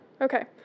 Okay